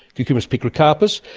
cucumis picrocarpus,